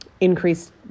increased